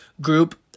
group